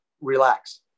relax